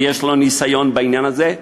ויש לו ניסיון בעניין הזה,